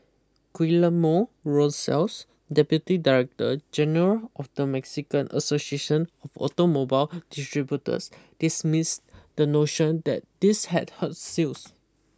Guillermo Rosales deputy director general of the Mexican association of automobile distributors dismissed the notion that this had hurt sales